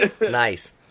Nice